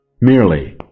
Merely